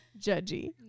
Judgy